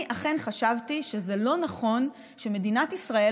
אני אכן חשבתי שזה לא נכון שמדינת ישראל,